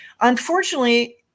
Unfortunately